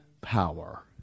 power